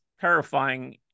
terrifying